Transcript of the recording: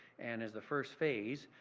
and as the first phase,